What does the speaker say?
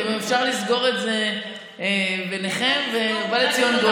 אפשר לסגור את זה ביניכם ובא לציון גואל.